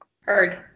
Heard